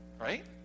right